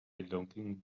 belonging